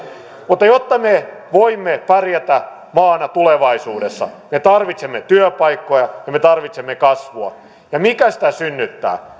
mutta jotta me voimme pärjätä maana tulevaisuudessa me tarvitsemme työpaikkoja ja me tarvitsemme kasvua ja mikä sitä synnyttää